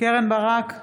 קרן ברק,